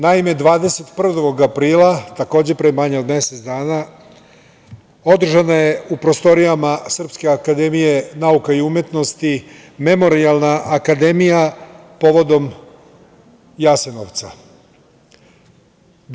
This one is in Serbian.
Naime, 21. aprila, takođe pre manje od mesec dana, održana je u prostorijama Srpske akademija nauka i umetnosti memorijalna akademija povodom Jasenovca.